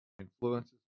influences